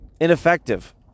ineffective